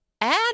add